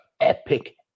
epic